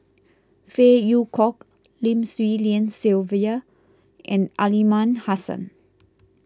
Phey Yew Kok Lim Swee Lian Sylvia and Aliman Hassan